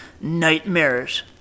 ...nightmares